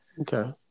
Okay